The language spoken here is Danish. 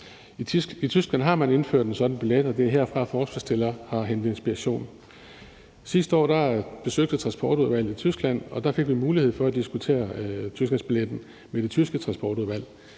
I Tyskland har man indført en sådan billet, og det er herfra, forslagsstillerne har hentet inspiration. Sidste år besøgte Transportudvalget Tyskland, og der fik vi mulighed for at diskutere tysklandsbilletten med det tyske transportudvalg.